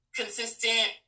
consistent